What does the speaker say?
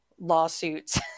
lawsuits